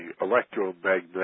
electromagnetic